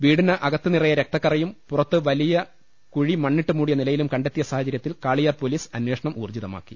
വീടിന് അകത്ത് നിറയെ രക്തക്കറയും പുറത്ത് വലിയ കുഴി മണ്ണിട്ട് മൂടിയ നിലയിലും കണ്ടെത്തിയ സാഹചര്യത്തിൽ കാളിയാർ പൊലീസ് അന്വേ ഷണം ഊർജ്ജിതമാക്കി